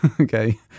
okay